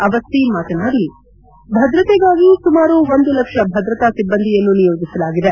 ಅವಸ್ತಿ ಮಾತನಾಡಿ ಭದ್ರತೆಗಾಗಿ ಸುಮಾರು ಒಂದು ಲಕ್ಷ ಭದ್ರತಾ ಸಿಬ್ಲಂದಿಯನ್ನು ನಿಯೋಜಿಸಲಾಗಿದೆ